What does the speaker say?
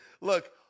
look